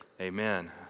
Amen